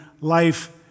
life